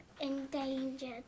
endangered